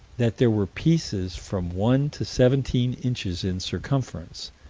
that there were pieces from one to seventeen inches in circumference,